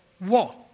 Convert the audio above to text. war